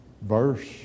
verse